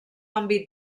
àmbit